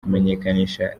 kumenyekanisha